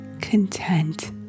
content